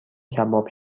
کباب